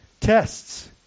tests